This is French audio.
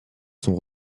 sont